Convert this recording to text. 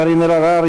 קארין אלהרר,